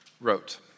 wrote